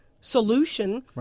solution